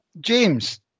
James